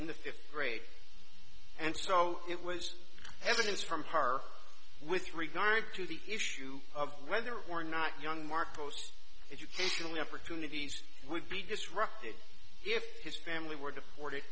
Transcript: in the fifth grade and so it was evidence from her with regard to the issue of whether or not young mark post educational opportunities would be disrupted if his family were deported